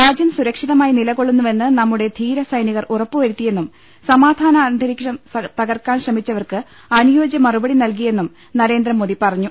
രാജൃം സുരക്ഷിതമായി നിലകൊളളുന്നുവെന്ന് നമ്മുടെ ധീരസൈനികർ ഉറപ്പുവരുത്തിയെന്നും സമാ ധാനാന്തരീക്ഷം തകർക്കാൻ ശ്രമിച്ചവർക്ക് അനുയോജ്യ മറുപടി നല്കിയെന്നും നരേന്ദ്രമോദി പറഞ്ഞു